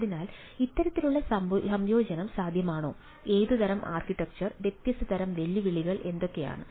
അതിനാൽ ഇത്തരത്തിലുള്ള സംയോജനം സാധ്യമാണോ ഏതുതരം ആർക്കിടെക്ചർ വ്യത്യസ്ത തരം വെല്ലുവിളികൾ എന്തൊക്കെയാണ്